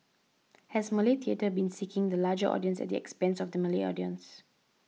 has Malay theatre been seeking the larger audience at the expense of the Malay audience